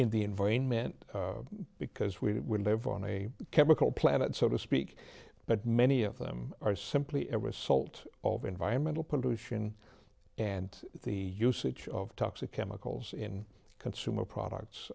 in the environment because we live on a chemical planet so to speak but many of them are simply a result of environmental pollution and the usage of toxic chemicals in consumer products